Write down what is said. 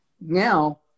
now